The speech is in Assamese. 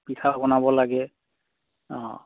পিঠা বনাব লাগে অঁ